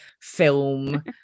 film